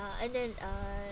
uh and then uh